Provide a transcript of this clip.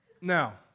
Now